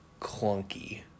clunky